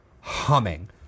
humming